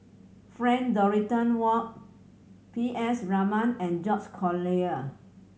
Frank Dorrington Ward P S Raman and George Collyer